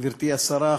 גברתי השרה,